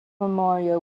memorial